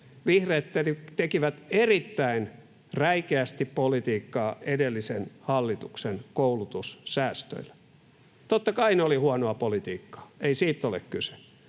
vihreät tekivät erittäin räikeästi politiikkaa edellisen hallituksen koulutussäästöillä. Totta kai ne olivat huonoa politiikkaa, ei siitä ole kyse,